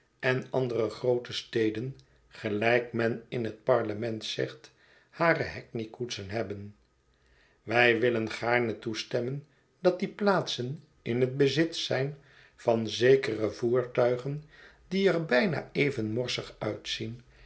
en andere groote steden gelijk men in het parlement zegt hare hackney koetsen hebben wij willen gaarne toestemmen dat die plaatsen in het bezit zijn van zekere voertuigen die er bijna even morsig uitzien